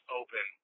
open